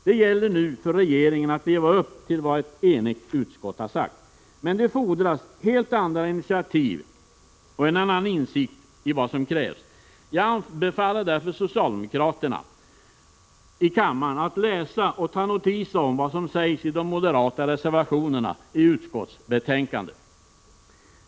Det gäller nu för regeringen att leva upp till vad ett enigt utskott sagt — men detta fordrar helt andra initiativ och en annan insikt i vad som krävs. Jag anbefaller därför socialdemokraterna i kammaren att läsa och ta ledning av vad som sägs i de moderata reservationerna i utskottsbetänkandet.